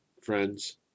friends